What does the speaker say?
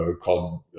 called